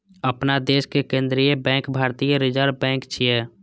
अपना देशक केंद्रीय बैंक भारतीय रिजर्व बैंक छियै